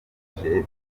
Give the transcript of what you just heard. yasubije